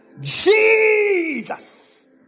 Jesus